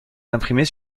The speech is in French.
imprimées